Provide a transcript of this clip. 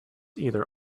either